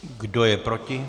Kdo je proti?